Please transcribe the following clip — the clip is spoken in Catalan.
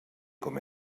com